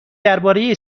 درباره